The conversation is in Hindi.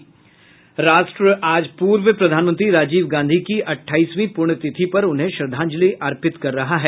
राष्ट्र आज पूर्व प्रधानमंत्री राजीव गांधी की अठाईसवीं पुण्यतिथि पर उन्हें श्रद्धांजलि अर्पित कर रहा है